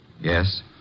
Yes